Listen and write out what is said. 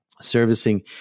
servicing